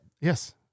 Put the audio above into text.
Yes